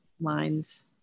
lines